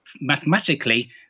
mathematically